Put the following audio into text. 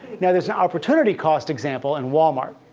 now, there's an opportunity cost example in walmart.